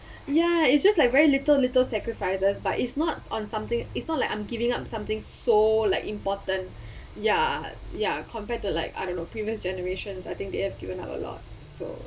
ya it's just like very little little sacrifices but it's not on something it's not like I'm giving up something so like important ya ya compared to like I don't know previous generations I think they have given up a lot so